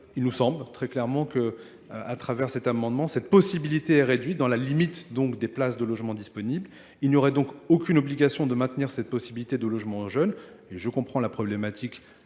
Il nous semble très clairement qu'à travers cet amendement cette possibilité est réduite dans la limite donc des places de logements disponibles. Il n'y aurait donc aucune obligation de maintenir cette possibilité de logement aux jeunes et je comprends la problématique